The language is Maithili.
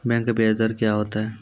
बैंक का ब्याज दर क्या होता हैं?